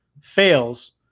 fails